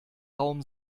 raum